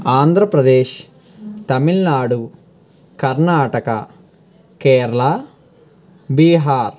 Andhra Pradesh Tamil Nadu Karnataka Kerala Bihar